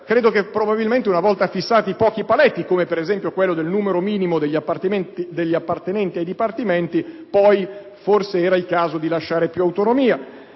Credo che, una volta fissati pochi paletti, come, ad esempio, quello del numero minimo degli appartenenti ai dipartimenti, forse era il caso di lasciare più autonomia.